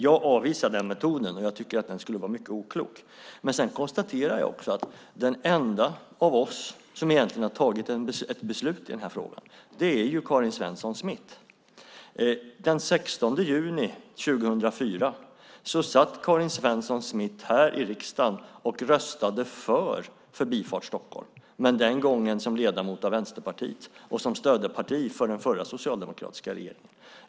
Jag avvisar den metoden. Jag tycker att den skulle vara mycket oklok. Men jag konstaterar också att den enda av oss som egentligen har tagit ett beslut i den här frågan är Karin Svensson Smith. Den 16 juni 2004 satt Karin Svensson Smith här i riksdagen och röstade för Förbifart Stockholm, men den gången som ledamot av Vänsterpartiet och som stödparti till den förra socialdemokratiska regeringen.